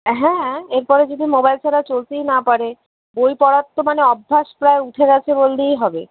হ্যাঁ এরপরে যদি মোবাইল ছাড়া চলতেই না পারে বই পড়ার তো মানে অভ্যাস প্রায় উঠে গেছে বললেই হবে